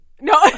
No